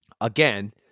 again